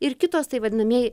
ir kitos tai vadinamieji